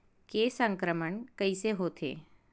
के संक्रमण कइसे होथे?